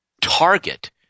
target